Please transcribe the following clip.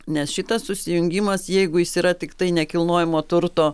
nes šitas susijungimas jeigu jis yra tiktai nekilnojamo turto